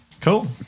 Cool